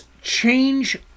change